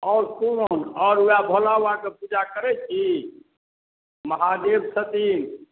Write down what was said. आओर कोन आओर वएह भोलाबाबाके पूजा करै छी महादेब छथिन